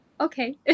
okay